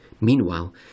Meanwhile